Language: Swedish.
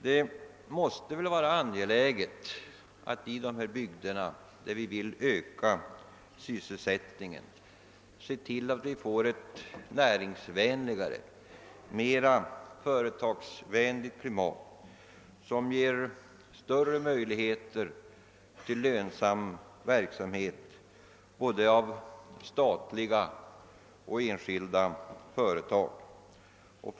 Det måste vara angeläget att se till att vi i de områden där vi vill öka sysselsättningen får ett mera näringsvänligt och företagsvänligt klimat, som ger både statliga och enskilda företag större möjligheter att driva en lönsam verksamhet.